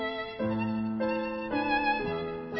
om